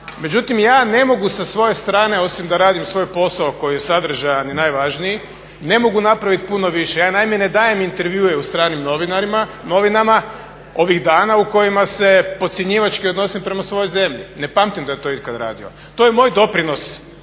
međutim ja ne mogu sa svoje strane osim da radim svoj posao koji je sadržajan i najvažniji i ne mogu napravit puno više. Ja naime ne dajem intervjue u stranim novinama ovih dana u kojima se podcjenjivački odnosim prema svojoj zemlji, ne pamtim da je to ikad radio. To je moj doprinos